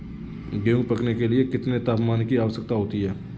गेहूँ पकने के लिए कितने तापमान की आवश्यकता होती है?